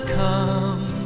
come